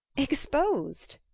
exposed!